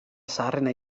zaharrena